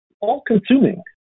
all-consuming